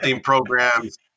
programs